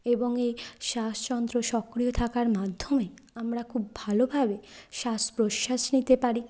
এবং এই স্বাসযন্ত্র সক্রিয় থাকার মাধ্যমে আমরা খুব ভালোভাবে শ্বাসপ্রশ্বাস নিতে পারি